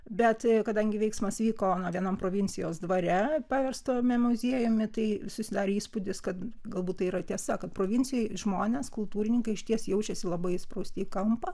bet kadangi veiksmas vyko vienam provincijos dvare paverstame muziejumi tai susidarė įspūdis kad galbūt tai yra tiesa kad provincijoje žmonės kultūrininkai išties jaučiasi labai įsprausti į kampą